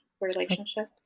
relationship